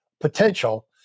potential